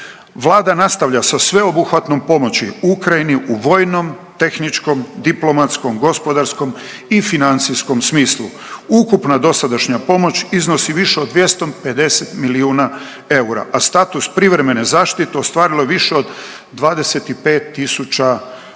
Vlada nastavlja sa sveobuhvatnom pomoći Ukrajini u vojnom, tehničkom, diplomatskom, gospodarskom i financijskom smislu. Ukupna dosadašnja pomoć iznosi više od 250 milijuna eura, a status privremene zaštite ostvarilo je više od 25 tisuća osoba